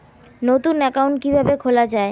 নতুন একাউন্ট কিভাবে খোলা য়ায়?